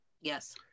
Yes